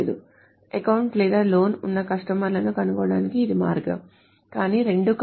కాబట్టి అకౌంట్ లేదా లోన్ ఉన్న కస్టమర్లను కనుగొనడానికి ఇది మార్గం కానీ రెండూ కాదు